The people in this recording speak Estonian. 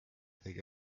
tegi